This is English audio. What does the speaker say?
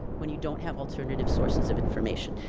when you don't have alternative sources of information.